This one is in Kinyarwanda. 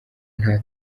nta